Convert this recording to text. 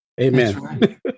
Amen